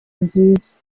nziza